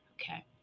Okay